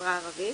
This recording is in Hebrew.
בחברה הערבית.